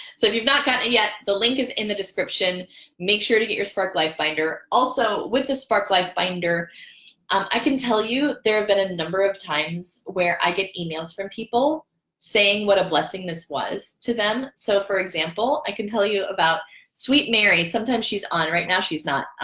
so if you've not got it yet the link is in the description make sure to get your spark life binder also with the spark life binder i can tell you there have been a number of times where i get emails from people saying what a blessing this was to them so for example i can tell you about sweet mary sometimes she's on right now. she's not